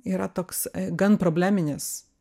yra toks gan probleminis